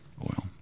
oil